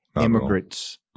immigrants